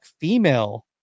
female